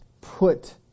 put